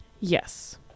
Yes